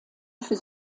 für